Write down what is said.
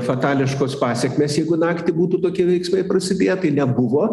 fatališkos pasekmės jeigu naktį būtų tokie veiksmai prasidėję tai nebuvo